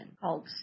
called